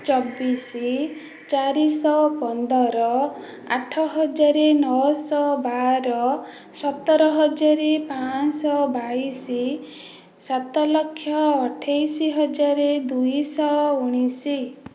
ଚବିଶି ଚାରିଶହ ପନ୍ଦର ଆଠ ହଜାର ନଅଶହ ବାର ସତର ହଜାର ପାଞ୍ଚଶହ ବାଇଶି ସାତ ଲକ୍ଷ ଅଠେଇଶି ହଜାର ଦୁଇଶହ ଉଣେଇଶି